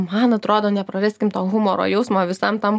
man atrodo nepraraskim to humoro jausmo visam tam